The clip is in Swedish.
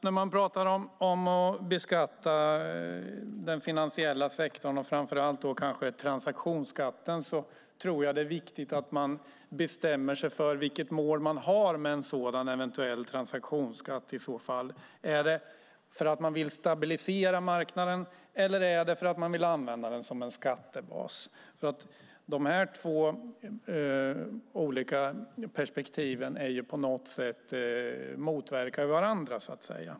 När man talar om att beskatta den finansiella sektorn och kanske framför allt om transaktionsskatten är det viktigt att bestämma vilket mål man har med en eventuell transaktionsskatt. Ska den stabilisera marknaden eller användas som skattebas? Dessa två syften motverkar ju på något sätt varandra.